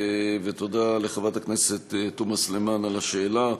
ותודה לחברת הכנסת תומא סלימאן על השאלה.